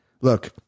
Look